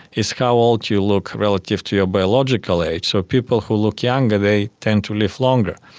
is how old you look relative to your biological age. so people who look younger, they tend to live longer.